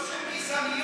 לא כשהן גזעניות.